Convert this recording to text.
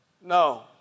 No